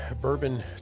bourbon